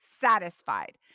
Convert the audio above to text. satisfied